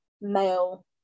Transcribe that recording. male